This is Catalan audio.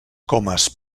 comes